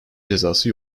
cezası